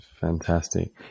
fantastic